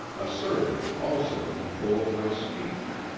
asserted also a control of my speech.